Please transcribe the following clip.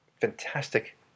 fantastic